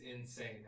insane